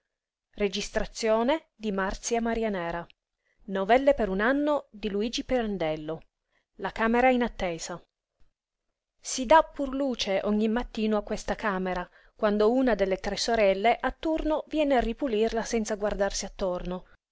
sono mangiato e volete una tragedia piú tragedia di questa si dà pur luce ogni mattino a questa camera quando una delle tre sorelle a turno viene a ripulirla senza guardarsi attorno